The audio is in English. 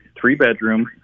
three-bedroom